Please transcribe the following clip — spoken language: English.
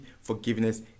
forgiveness